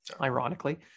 ironically